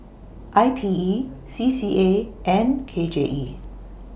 I T E C C A and K J E